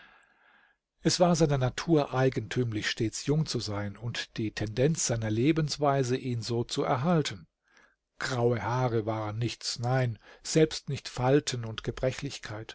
es war seiner natur eigentümlich stets jung zu sein und die tendenz seiner lebensweise ihn so zu erhalten graue haare waren nichts nein selbst nicht falten und